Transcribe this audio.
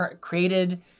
created